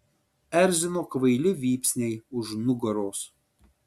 erzino kvaili vypsniai už nugaros